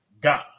God